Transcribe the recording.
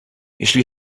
jeśli